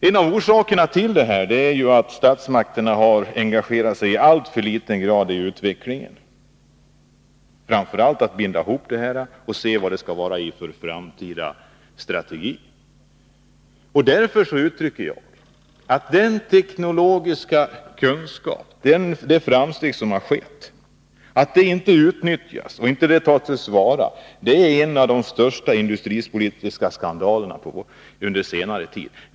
En av orsakerna till detta är att statsmakterna har engagerat sig i alltför liten grad i utvecklingen, framför allt när det gäller att binda ihop detta och se efter vilken framtida strategi det skall ingå i. Därför menar jag att det faktum att inte den teknologiska kunskap som finns och de framsteg som har gjorts utnyttjas och tas till vara är en av de största industripolitiska skandalerna under senare tid.